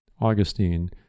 Augustine